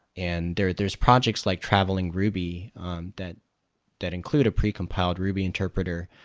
and there's there's projects like traveling ruby that that include a precompiled ruby interpreter.